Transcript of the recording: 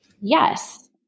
Yes